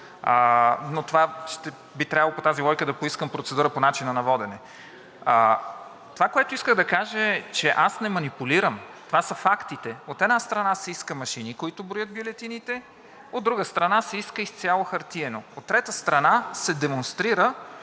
така, но би трябвало по тази логика да поискам процедура по начина на водене. Това, което исках да кажа, е, че аз не манипулирам, това са фактите. От една страна се искат машини, които броят бюлетините, от друга страна се иска изцяло хартиено, от трета страна се демонстрира,